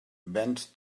venç